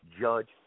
judge